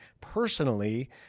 personally